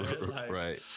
right